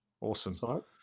Awesome